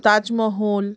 Taj Mahal